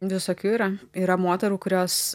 visokių yra yra moterų kurios